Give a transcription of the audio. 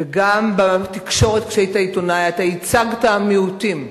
וגם בתקשורת, כשהיית עיתונאי ייצגת מיעוטים,